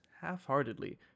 half-heartedly